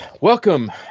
Welcome